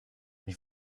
ich